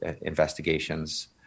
investigations